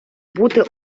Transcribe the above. бути